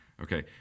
Okay